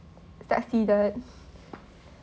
succeeded